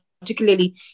particularly